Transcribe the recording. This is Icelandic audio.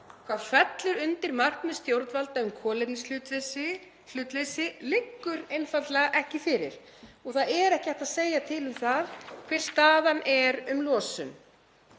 Hvað fellur undir markmið stjórnvalda um kolefnishlutleysi liggur einfaldlega ekki fyrir og það er ekki hægt að segja til um það hver staðan er um losun.